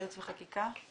ייעוץ וחקיקה.